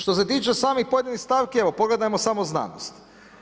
Što se tiče samih pojedinih stavki, evo pogledajmo samo znanost.